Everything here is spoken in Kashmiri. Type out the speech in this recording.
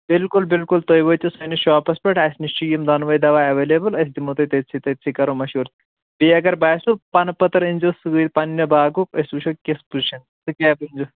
بِلکُل بِلکُل تُہۍ وأتِو سأنِس شاپس پیٚٹھ اَسہِ نِش چھِ یِم دۅنوے دوا ایوییلبٕل أسۍ دِمو تۄہہِ تٔتتھٕے تٔتھٕے کرو مشورٕ بیٚیہِ اگر باسیٚو پنہٕ پٔتٕر أنۍزیٚو سۭتۍ پننہِ باغُک أسۍ وُچھو کِژھ پُوزیشن چھِ سِکیبٕچ